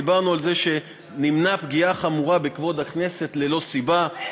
דיברנו על זה שנמנע פגיעה חמורה בכבוד הכנסת ללא סיבה,